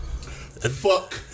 Fuck